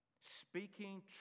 speaking